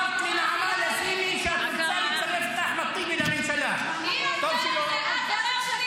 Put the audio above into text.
את אחמד טיבי לקואליציה -- מי שתומך בטרור,